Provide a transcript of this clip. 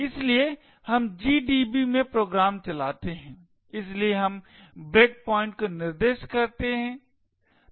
इसलिए हम GDB में प्रोग्राम चलाते हैं इसलिए हम ब्रेक पॉइंट को निर्दिष्ट करते हैं